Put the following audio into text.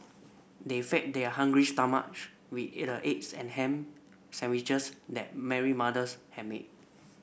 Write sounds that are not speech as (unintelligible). they fed their hungry stomach with (unintelligible) a eggs and ham sandwiches that Mary mothers had made